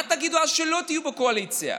אז מה תגיד כשלא תהיו בקואליציה?